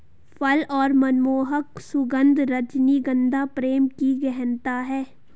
फल और मनमोहक सुगन्ध, रजनीगंधा प्रेम की गहनता है